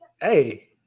Hey